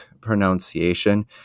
pronunciation